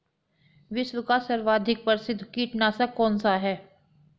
विश्व का सर्वाधिक प्रसिद्ध कीटनाशक कौन सा है?